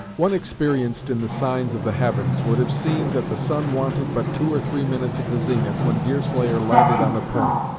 one experienced in the signs of the heavens, would have seen that the sun wanted but two or three minutes of the zenith, when deerslayer landed on the point,